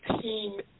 team